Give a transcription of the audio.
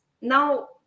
now